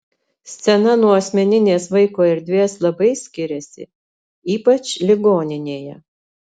scena nuo asmeninės vaiko erdvės labai skiriasi ypač ligoninėje